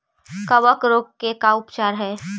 कबक रोग के का उपचार है?